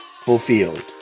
fulfilled